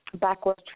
backwards